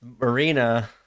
Marina